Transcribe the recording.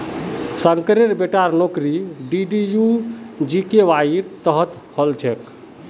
शंकरेर बेटार नौकरी डीडीयू जीकेवाईर तहत हल छेक